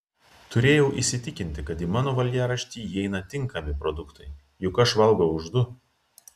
turėjau įsitikinti kad į mano valgiaraštį įeina tinkami produktai juk aš valgau už du